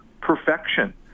perfection